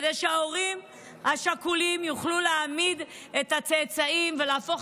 כדי שההורים השכולים יוכלו להעמיד את הצאצאים ולהפוך